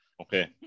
Okay